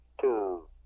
two